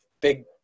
Big